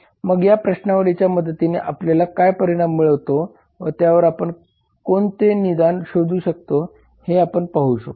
मग या प्रश्नावलीच्या मदतीने आपल्याला काय परिणाम मिळतो व त्यावर आपण कोणते निदान शोधू शकतो हे आपण पाहू शकतो